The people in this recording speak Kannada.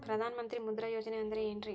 ಪ್ರಧಾನ ಮಂತ್ರಿ ಮುದ್ರಾ ಯೋಜನೆ ಅಂದ್ರೆ ಏನ್ರಿ?